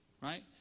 right